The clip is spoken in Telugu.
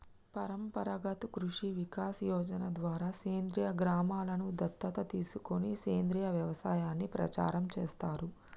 పరంపరాగత్ కృషి వికాస్ యోజన ద్వారా సేంద్రీయ గ్రామలను దత్తత తీసుకొని సేంద్రీయ వ్యవసాయాన్ని ప్రచారం చేస్తారు